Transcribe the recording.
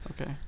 Okay